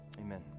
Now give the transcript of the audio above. Amen